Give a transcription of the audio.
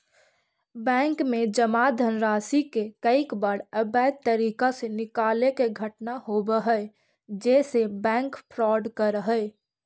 bank में जमा धनराशि के कईक बार अवैध तरीका से निकाले के घटना होवऽ हइ जेसे बैंक फ्रॉड करऽ हइ